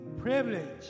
privilege